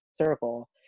Circle